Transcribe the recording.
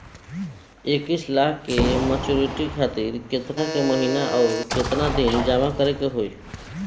इक्कीस लाख के मचुरिती खातिर केतना के महीना आउरकेतना दिन जमा करे के होई?